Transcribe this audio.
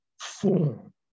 form